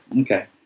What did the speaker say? Okay